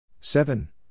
seven